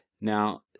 Now